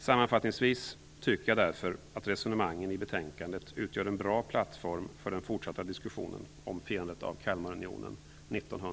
Sammanfattningsvis tycker jag därför att resonemangen i betänkandet utgör en bra plattform för den fortsatta diskussionen om firandet av Kalmarunionen